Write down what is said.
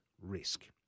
risk